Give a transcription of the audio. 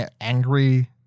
angry